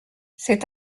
c’est